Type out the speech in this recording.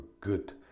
good